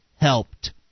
helped